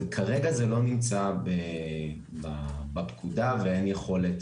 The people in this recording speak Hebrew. כרגע זה לא נמצא בפקודה, ואין יכולת